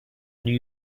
new